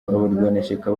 abarwanashyaka